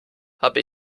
habe